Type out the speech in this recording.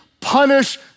punish